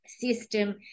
system